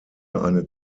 eine